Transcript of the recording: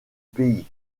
pays